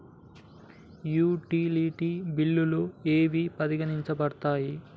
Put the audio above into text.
Utility బిల్లులు ఏవి పరిగణించబడతాయి?